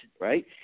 right